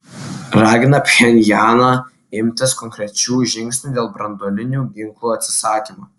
ragina pchenjaną imtis konkrečių žingsnių dėl branduolinių ginklų atsisakymo